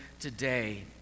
today